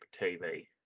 TV